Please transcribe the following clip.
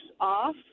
off